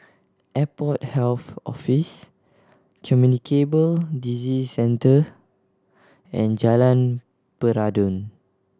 Airport Health Office Communicable Disease Centre and Jalan Peradun